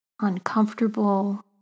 uncomfortable